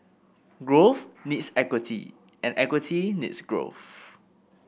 growth needs equity and equity needs growth